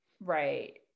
Right